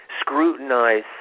scrutinize